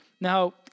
Now